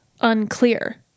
unclear